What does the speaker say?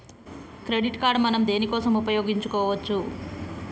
Credit card మనం దేనికోసం ఉపయోగించుకోవచ్చు?